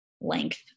length